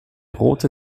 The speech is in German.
rote